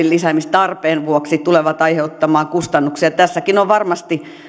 lisäämistarpeen vuoksi tulevat aiheuttamaan kustannuksia tässäkin on varmasti